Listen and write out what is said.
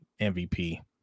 MVP